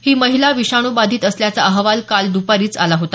ही महिला विषाणू बाधित असल्याचा अहवाल काल द्पारीच आला होता